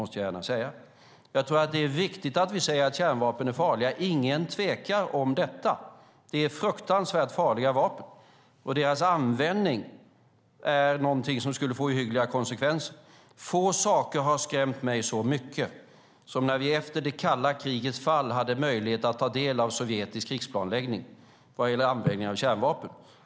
Det är viktigt att vi säger att kärnvapen är farliga. Ingen tvekar om det. Det är fruktansvärt farliga vapen, och användningen av dem skulle få ohyggliga konsekvenser. Få saker har skrämt mig så mycket som när vi efter kalla krigets fall fick möjlighet att ta del av sovjetisk krigsplanläggning vad gällde användning av kärnvapen.